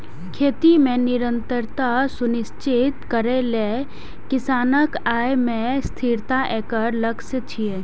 खेती मे निरंतरता सुनिश्चित करै लेल किसानक आय मे स्थिरता एकर लक्ष्य छियै